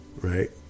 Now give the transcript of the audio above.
right